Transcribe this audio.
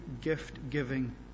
gift-giving